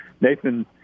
Nathan